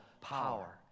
power